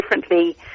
differently